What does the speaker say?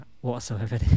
whatsoever